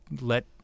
let